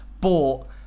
bought